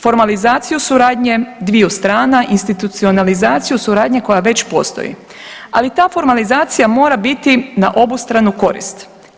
Formalizaciju suradnje dviju strana, institucionalizaciju suradnje koja već postoji, ali ta formalizacija mora biti na obostranu korist.